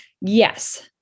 Yes